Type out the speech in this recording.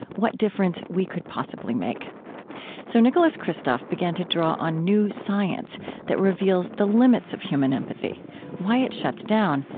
what difference we could possibly make so nicholas kristof began to draw on new science that reveals the limits of human empathy why it shuts down,